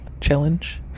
challenge